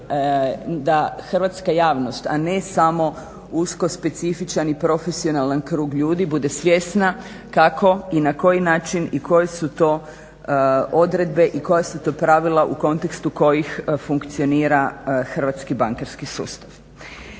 da hrvatska javnost, a ne samo usko specifičan i profesionalan krug ljudi, bude svjesna kako i na koji način i koje su to odredbe i koja su to pravila u kontekstu kojih funkcionira hrvatski bankarski sustav.